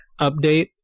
update